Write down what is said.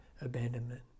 abandonment